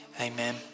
Amen